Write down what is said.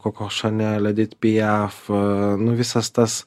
koko šanel edit piaf nu visas tas